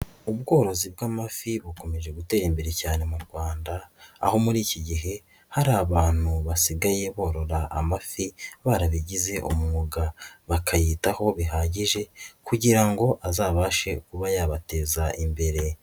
Ubworozi bw'amafi bukomeje gutera imbere cyane mu Rwanda, aho muri iki gihe hari abantu basigaye borora amafi barabigize umwuga, bakayitaho bihagije kugira ngo azabashe kuba yabateza imbere.